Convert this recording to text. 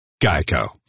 Geico